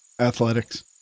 Athletics